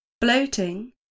bloating